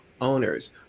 owners